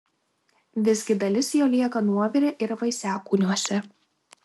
visgi dalis jo lieka nuovire ir vaisiakūniuose